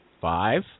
Five